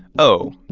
oh,